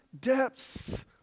depths